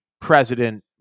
president